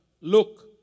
Look